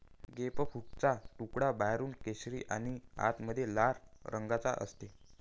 ग्रेपफ्रूटचा तुकडा बाहेरून केशरी आणि आतमध्ये लाल रंगाचा असते